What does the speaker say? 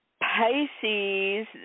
Pisces